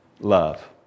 love